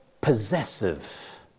possessive